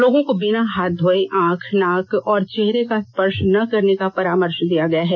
लोगों को बिना हाथ धोये आंख नाक और चेहरे का स्पर्श न करने का परामर्श दिया गया है